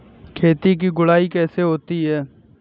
खेत की गुड़ाई कैसे होती हैं?